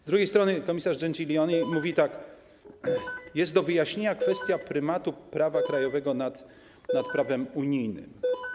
Z drugiej strony komisarz Gentiloni mówi tak: Jest do wyjaśnienia kwestia prymatu prawa krajowego nad prawem unijnym.